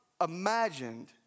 imagined